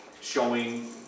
showing